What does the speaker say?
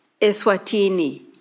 Eswatini